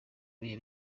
bihe